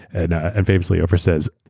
and and famously, oprah says,